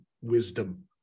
wisdom